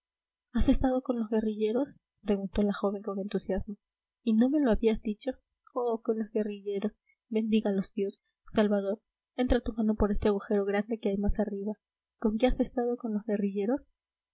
has estado con los guerrilleros preguntó la joven con entusiasmo y no me lo habías dicho oh con los guerrilleros bendígalos dios salvador entra tu mano por este agujero grande que hay más arriba con que has estado con los guerrilleros